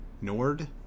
Nord